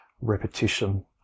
repetition